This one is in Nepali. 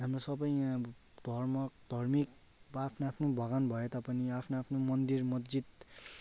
हाम्रो सबै यहाँ धर्म धार्मिक वा आफ्नो आफ्नो भगवान् भए तापनि आफ्ना आफ्ना मन्दिर मस्जिद